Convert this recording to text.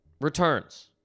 Returns